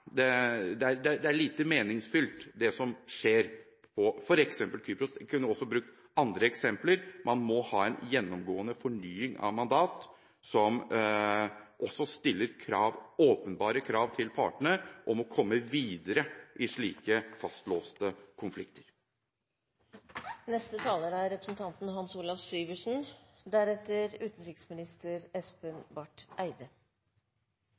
som skjer f.eks. på Kypros. Jeg kunne også brukt andre eksempler. Man må ha en gjennomgående fornying av mandat, som også stiller åpenbare krav til partene om å komme videre i slike fastlåste konflikter. For Kristelig Folkeparti er